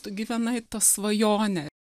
tu gyvenai ta svajone